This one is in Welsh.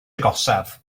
agosaf